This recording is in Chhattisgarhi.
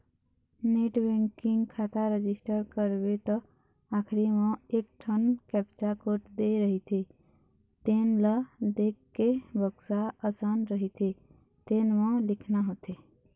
नेट बेंकिंग खाता रजिस्टर करबे त आखरी म एकठन कैप्चा कोड दे रहिथे तेन ल देखके बक्सा असन रहिथे तेन म लिखना होथे